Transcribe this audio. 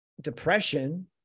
depression